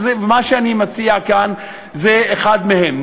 ומה שאני מציע כאן זה אחד מהם.